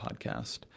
podcast